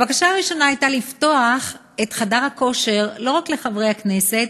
הבקשה הראשונה הייתה לפתוח את חדר הכושר לא רק לחברי הכנסת,